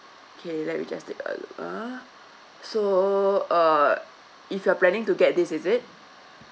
okay let me just take a look ah so uh if you're planning to get this is it